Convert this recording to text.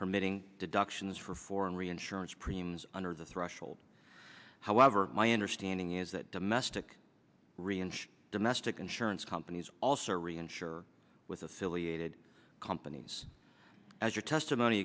permitting deductions for foreign reinsurance premiums under the threshold however my understanding is that domestic re and domestic insurance companies also reinsure with affiliated companies as your testimony